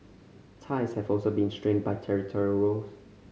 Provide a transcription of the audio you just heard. ties have also been strained by territorial rows